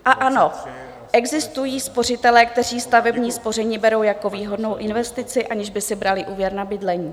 A ano, existují spořitelé, kteří stavební spoření berou jako výhodnou investici, aniž by si brali úvěr na bydlení.